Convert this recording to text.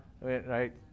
right